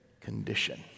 condition